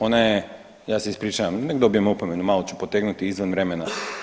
Ona je, ja se ispričavam, nek dobijem opomenu, malo ću potegnuti izvan vremena.